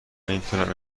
میتونم